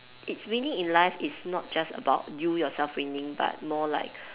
it's really in life it's not just about you yourself winning but more like